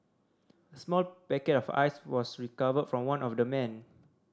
a small packet of ice was recovered from one of the men